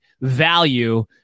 value